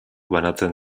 banatzen